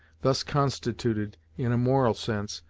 thus constituted, in a moral sense,